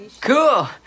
Cool